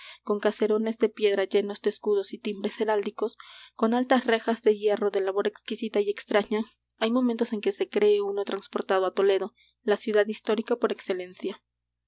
con caserones de piedra llenos de escudos y timbres heráldicos con altas rejas de hierro de labor exquisita y extraña hay momentos en que se cree uno transportado á toledo la ciudad histórica por excelencia